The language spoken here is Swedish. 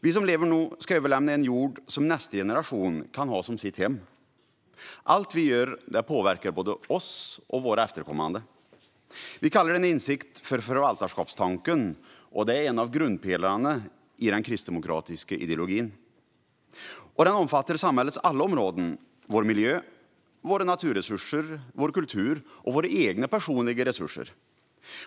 Vi som lever nu ska överlämna en jord som nästa generation kan ha som sitt hem. Allt vi gör påverkar både oss och våra efterkommande. Vi kallar denna insikt för förvaltarskapstanken. Det är en av grundpelarna i den kristdemokratiska ideologin och omfattar samhällets alla områden: vår miljö, våra naturresurser, vår kultur och våra egna personliga resurser.